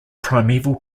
primeval